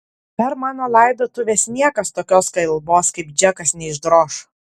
per mano laidotuves niekas tokios kalbos kaip džekas neišdroš